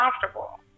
comfortable